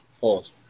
Pause